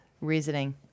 reasoning